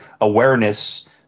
awareness